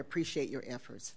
appreciate your efforts